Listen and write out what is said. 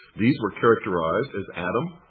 these were characterized as adam,